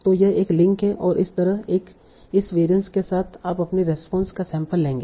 तो यह एक लिंक है और इस तरह इस वरिअंस के साथ आप अपनी रेस्पोंस का सैंपल लेंगे